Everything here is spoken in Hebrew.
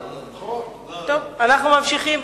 טוב, אנחנו ממשיכים.